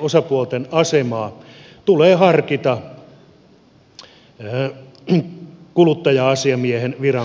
osapuolten asemaa tulee harkita kuluttaja asiamiehen viran perustamista